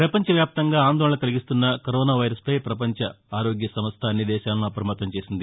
ప్రపంచవ్యాప్తంగా ఆందోళన కలిగిస్తున్న కరోనా వైరస్ పై పపంచ ఆరోగ్య సంస్ల అన్ని దేశాలను అప్రమత్తం చేసింది